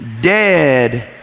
dead